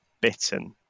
Bitten